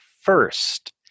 first